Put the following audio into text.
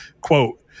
quote